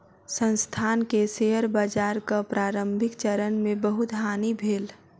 संस्थान के शेयर बाजारक प्रारंभिक चरण मे बहुत हानि भेल